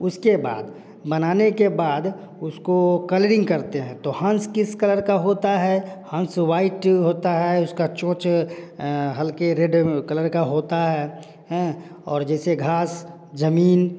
उसके बाद बनाने के बाद उसको कलरिंग करते हैं तो हंस किस कलर का होता है हंस वाइट होता है उसका चोंच हल्के रेड कलर के होता है ह जैसे घास जमीन